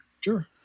Sure